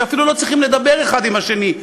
שאפילו לא צריכים לדבר אחד עם השני.